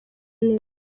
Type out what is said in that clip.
neza